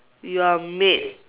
you are made